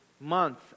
month